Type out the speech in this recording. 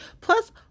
Plus